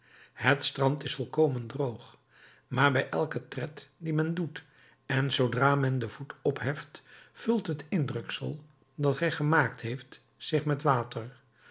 het strand is volkomen droog maar bij elken tred dien men doet en zoodra men den voet opheft vult het indruksel dat hij gemaakt heeft zich met water